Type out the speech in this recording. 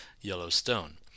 Yellowstone